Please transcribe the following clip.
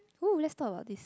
who let's about this